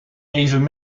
even